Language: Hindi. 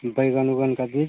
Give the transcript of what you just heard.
बैंगन ओगन का बीज